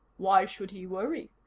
why should he worry?